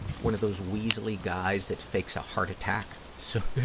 one of those weasely guys that fakes a heart attack so that